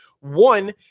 One